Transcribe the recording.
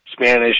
Spanish